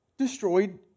Destroyed